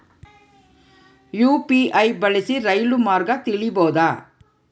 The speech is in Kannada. ಯು.ಪಿ.ಐ ಬಳಸಿ ರೈಲು ಮಾರ್ಗ ತಿಳೇಬೋದ?